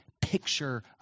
picture